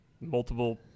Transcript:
multiple